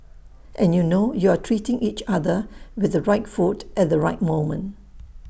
and you know you are treating each other with the right food at the right moment